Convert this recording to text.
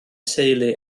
teulu